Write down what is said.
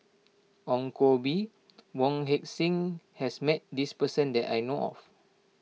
Ong Koh Bee Wong Heck Sing has met this person that I know of